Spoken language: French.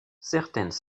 certaines